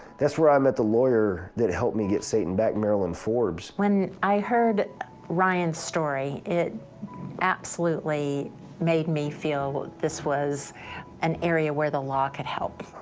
that's where i met the lawyer that helped me get satan back, marilyn forbes. when i heard ryan's story, it absolutely made me feel this was and area where the law could help.